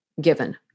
given